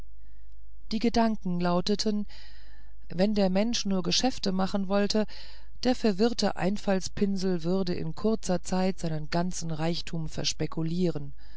die gedanken lauteten wenn der mensch nur geschäfte machen wollte der verwirrte einfaltspinsel würde in kurzer zeit seinen ganzen reichtum verspekulieren